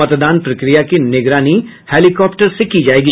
मतदान प्रक्रिया की निगरानी हेलीकाप्टर से की जायेगी